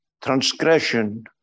transgression